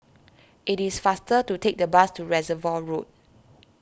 it is faster to take the bus to Reservoir Road